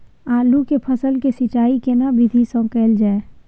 आलू के फसल के सिंचाई केना विधी स कैल जाए?